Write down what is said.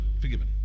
Forgiven